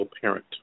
parent